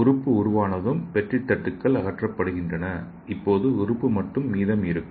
உறுப்பு உருவானதும் பெட்ரி தட்டுகள் அகற்றப்படுகின்றன இப்போது உறுப்பு மட்டும் மீதம் இருக்கும்